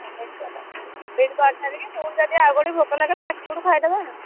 ହଁ ମିଲ୍ କରି ଦେବା ମିଲ୍ କରିସାରିକି ପୁଣି ଯଦି ଆଉ କେଉଁଠି ଭୋକ ଲାଗେ ଫାଷ୍ଟଫୁଡ଼୍ ଖାଇ ଦେବା